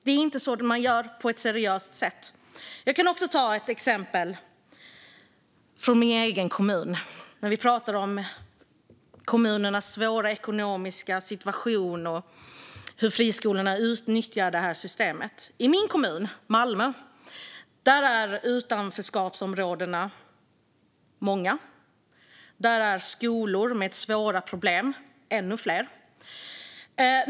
Det är inte så man gör saker på ett seriöst sätt. Jag kan också ta ett exempel från min egen kommun när vi nu pratar om kommunernas svåra ekonomiska situation och hur friskolorna utnyttjar systemet. I min kommun Malmö är utanförskapsområdena många och skolorna med svåra problem ännu fler.